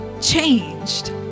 changed